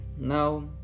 now